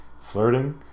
flirting